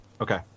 Okay